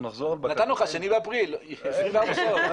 נתנו לך 2 באפריל, 24 שעות.